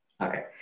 Okay